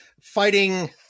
fighting